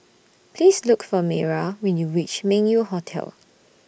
Please Look For Mayra when YOU REACH Meng Yew Hotel